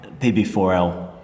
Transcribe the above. pb4l